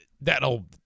that'll